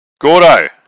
Gordo